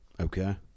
Okay